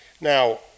Now